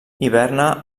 hiverna